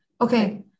Okay